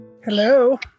Hello